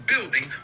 building